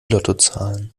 lottozahlen